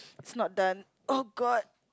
it's not done oh god